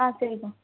ஆ சரிம்மா